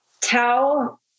Tell